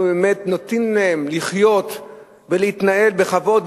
באמת נותנים להם לחיות ולהתנהל בכבוד,